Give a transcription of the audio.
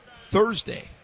Thursday